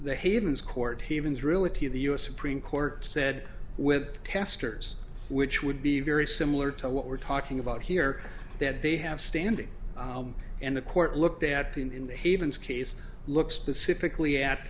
of the u s supreme court said with testers which would be very similar to what we're talking about here that they have standing and the court looked at the in the havens case look specifically at